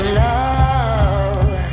love